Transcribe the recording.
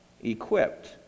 equipped